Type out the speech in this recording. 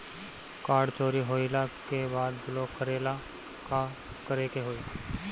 Card चोरी होइला के बाद ब्लॉक करेला का करे के होई?